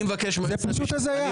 זה פשוט הזיה.